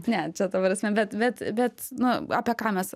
ne čia ta prasme bet bet bet nu apie ką mes